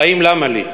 חיים למה לי?